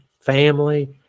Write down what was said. family